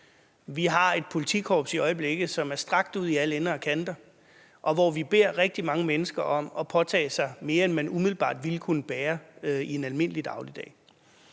Vi har et politikorps i øjeblikket, som er strakt ud i alle ender og kanter. Vi beder rigtig mange mennesker om at påtage sig mere, end man umiddelbart ville kunne bære i en almindelig dagligdag.